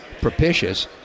propitious